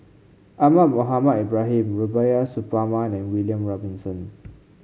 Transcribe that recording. Ahmad Mohamed Ibrahim Rubiah Suparman and William Robinson